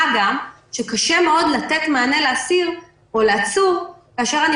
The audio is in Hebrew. מה גם שקשה מאוד לתת מענה לאסיר או לעצור כאשר אני